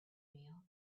meal